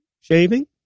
shaving